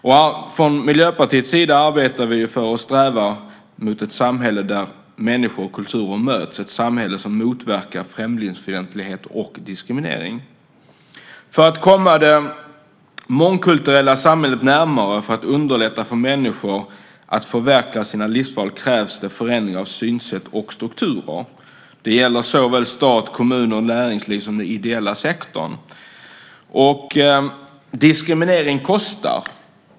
Vi i Miljöpartiet arbetar för att sträva efter ett samhälle där människor och kulturer möts, ett samhälle som motverkar främlingsfientlighet och diskriminering. För att komma det mångkulturella samhället närmare och för att underlätta för människor att förverkliga sina livsval krävs förändring av synsätt och strukturer. Det gäller såväl stat, kommuner och näringsliv som den ideella sektorn. Diskriminering kostar.